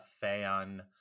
fan